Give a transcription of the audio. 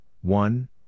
one